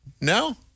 No